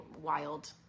wild